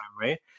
right